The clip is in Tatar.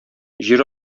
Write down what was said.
җир